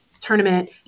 tournament